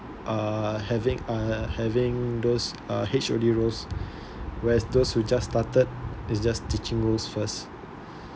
uh having uh having those uh H_O_D roles whereas those who just started it's just teaching rules first